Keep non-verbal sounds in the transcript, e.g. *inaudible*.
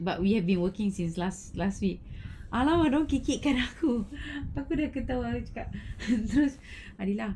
but we have been working since last last week ah now don't kikirkan aku *laughs* lepas tu ku ketawa I cakap terus adilah